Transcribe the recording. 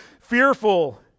fearful